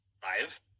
Five